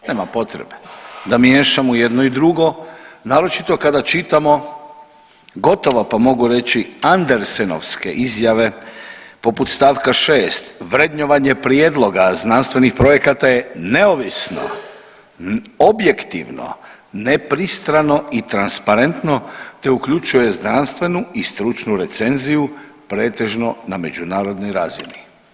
Nema potrebe da miješamo jedno i drugo naročito kada čitamo gotovo pa mogu reći andersenovske izjave poput stavka 6. vrednovanje prijedloga znanstvenih projekata je neovisno, objektivno, nepristrano i transparentno te uključuje znanstvenu i stručnu recenziju pretežno na međunarodnoj razini.